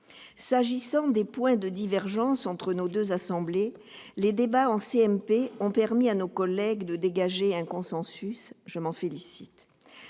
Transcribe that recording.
S'agissant des points de divergence entre nos deux assemblées, les débats en commission mixte paritaire ont permis à nos collègues de dégager un consensus ; je m'en félicite.